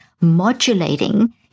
modulating